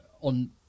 on